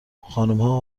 خانمها